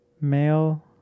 male